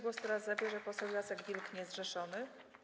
Głos teraz zabierze poseł Jacek Wilk, niezrzeszony.